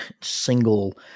single